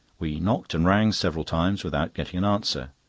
we knocked and rang several times without getting an answer.